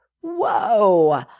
Whoa